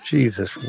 Jesus